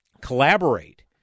collaborate